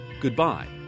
goodbye